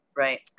Right